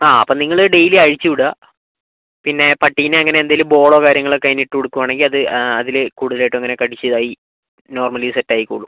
ആ അപ്പം നിങ്ങൾ ഡെയിലി അഴിച്ച് വിടുക പിന്നെ പട്ടീനെ അങ്ങനെ എന്തെങ്കിലും ബോളോ കാര്യങ്ങളൊക്കെ അതിന് ഇട്ട് കൊടുക്കുവാണെങ്കിൽ അത് അതിൽ കൂടുതൽ ആയിട്ടും അങ്ങനെ കടിച്ച് ഇതായി നോർമലി സെറ്റ് ആയിക്കോളും